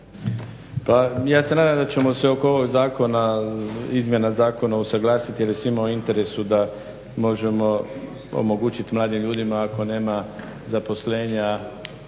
Pa ja se nadam da ćemo se oko ovog zakona, izmjena zakona usuglasiti jer je svima u interesu da možemo omogućiti mladim ljudima ako nema zaposlenja